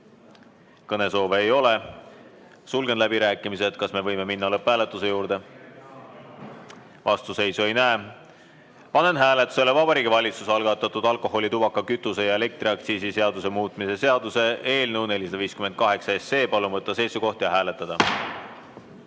Kõnesoove ei ole, sulgen läbirääkimised. Kas me võime minna lõpphääletuse juurde? Vastuseisu ei näe. Panen hääletusele Vabariigi Valitsuse algatatud alkoholi-, tubaka-, kütuse- ja elektriaktsiisi seaduse muutmise seaduse eelnõu 458. Palun võtta seisukoht ja hääletada!